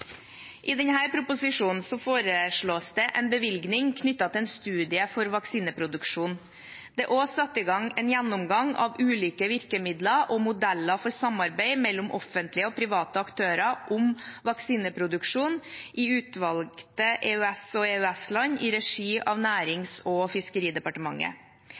I denne proposisjonen foreslås det en bevilgning knyttet til en studie for vaksineproduksjon. Det er også satt i gang en gjennomgang av ulike virkemidler og modeller for samarbeid mellom offentlige og private aktører om vaksineproduksjon i utvalgte EU/EØS-land, i regi av Nærings- og fiskeridepartementet.